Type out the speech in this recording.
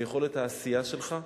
ויכולת העשייה שלך.